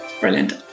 Brilliant